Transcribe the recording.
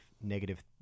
negative